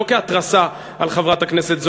ולא כהתרסה על חברת הכנסת זועבי,